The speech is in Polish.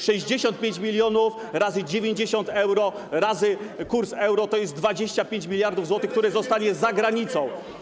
65 mln razy 90 euro razy kurs euro to jest 25 mld zł, które zostanie za granicą.